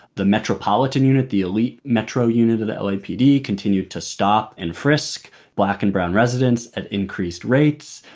the metropolitan unit, the elite metro unit of the l. a. p. d. continued to stop and frisk black and brown residents at increased rates.